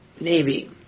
Navy